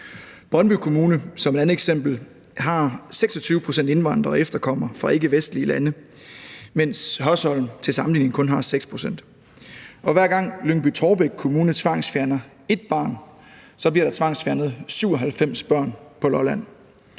Brøndby Kommune 26 pct. indvandrere og efterkommere fra ikkevestlige lande, mens Hørsholm til sammenligning kun har 6 pct.. Og hver gang Lyngby-Taarbæk Kommune tvangsfjerner 1 barn, bliver der tvangsfjernet 97 børn på Lolland.